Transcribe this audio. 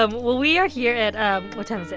um well, we are here at ah what time is it?